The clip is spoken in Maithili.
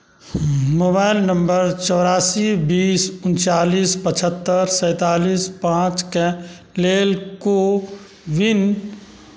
मोबाइल नम्बर चौरासी बीस उनचालिस पचहत्तर सैँतालिस पाँचके लेल कोविन